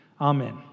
Amen